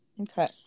okay